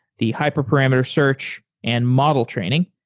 the hyperparameter search and model training.